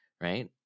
right